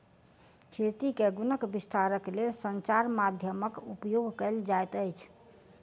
खेती के गुणक विस्तारक लेल संचार माध्यमक उपयोग कयल जाइत अछि